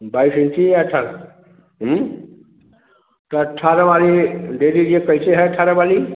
बाईस इंची अट्ठारह हम्म तो अट्ठारह वाली दे दीजिए कैसे हैं अट्ठारह वाली